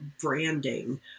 branding